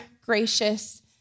gracious